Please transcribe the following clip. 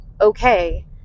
okay